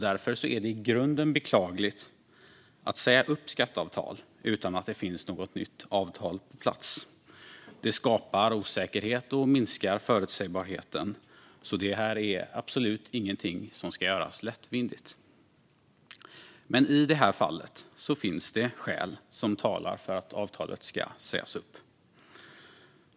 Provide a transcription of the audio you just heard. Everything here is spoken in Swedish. Därför är det i grunden beklagligt att skatteavtal sägs upp utan att det finns något nytt avtal på plats. Det skapar osäkerhet och minskar förutsägbarheten, så det är absolut ingenting som ska göras lättvindigt. I detta fall finns det dock skäl som talar för att avtalet ska sägas upp.